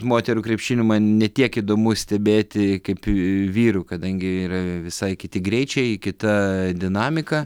moterų krepšiniu man ne tiek įdomu stebėti kaip į vyrų kadangi yra visai kiti greičiai kitaa dinamika